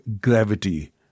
gravity